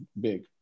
big